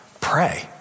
pray